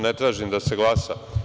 Ne tražim da se glasa.